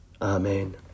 Amen